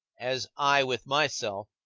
as i with myself.